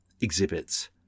exhibits